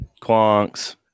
Quonks